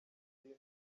aline